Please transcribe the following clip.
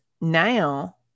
now